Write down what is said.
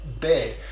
bed